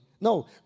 No